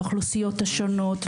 לאוכלוסיות השונות,